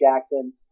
Jackson